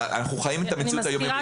אנחנו חיים את המציאות היום יומית.